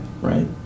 right